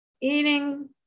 eating